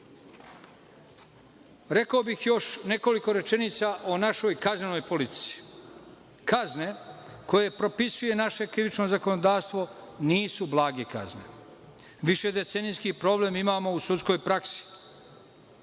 dela. Rekao bih još nekoliko rečenica o našoj kaznenoj politici. Kazne koje propisuje naše krivično zakonodavstvo nisu blage. Višedecenijski problem imamo u sudskoj praksi.